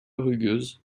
rugueuse